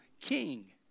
king